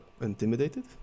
intimidated